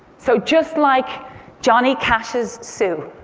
so just like johnny cash's sue,